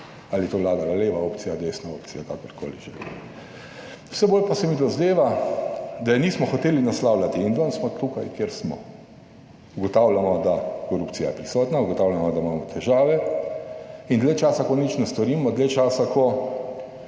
ali je to vladala leva opcija, desna opcija, kakorkoli že. Vse bolj pa se mi dozdeva, da je nismo hoteli naslavljati in danes smo tukaj kjer smo. Ugotavljamo, da korupcija je prisotna, ugotavljamo, da imamo težave in dlje časa, ko nič ne storimo, dlje časa, ko,